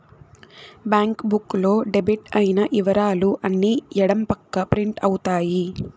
bank book లో debit అయిన ఇవరాలు అన్ని ఎడం పక్క ప్రింట్ అవుతాయి